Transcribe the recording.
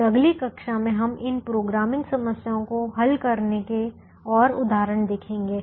और अगली कक्षा में हम इन प्रोग्रामिंग समस्याओं को हल करने के और उदाहरण देखेंगे